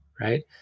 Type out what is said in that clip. right